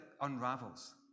unravels